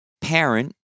parent